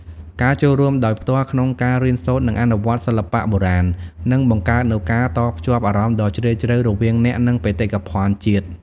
ការចូលរួមដោយផ្ទាល់ក្នុងការរៀនសូត្រ និងអនុវត្តសិល្បៈបុរាណនឹងបង្កើតនូវការតភ្ជាប់អារម្មណ៍ដ៏ជ្រាលជ្រៅរវាងអ្នក និងបេតិកភណ្ឌជាតិ។